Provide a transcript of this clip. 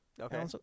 Okay